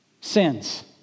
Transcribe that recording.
sins